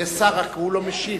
יש שר רק הוא לא משיב.